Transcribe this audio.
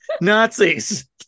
Nazis